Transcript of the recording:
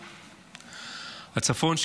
הצפון,